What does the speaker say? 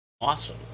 Awesome